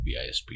bisp